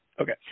okay